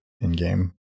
in-game